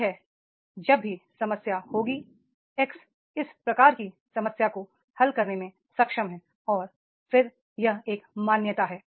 यही है जब भी समस्या होगी X इस प्रकार की समस्या को हल करने में सक्षम है और फिर यह एक मान्यता है